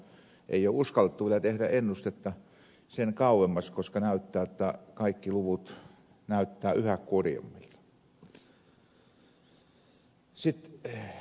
kuntaliitossa sanottiin jotta ei ole uskallettu vielä tehdä ennustetta sen kauemmas koska näyttää jotta kaikki luvut näyttävät yhä kurjemmilta